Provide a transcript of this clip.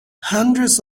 hundreds